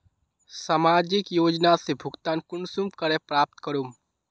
सामाजिक योजना से भुगतान कुंसम करे प्राप्त करूम?